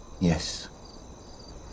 Yes